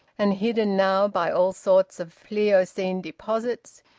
and hidden now by all sorts of pliocene deposits,